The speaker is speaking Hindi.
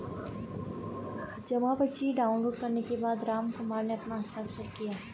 जमा पर्ची डाउनलोड करने के बाद रामकुमार ने अपना हस्ताक्षर किया